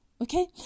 okay